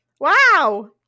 Wow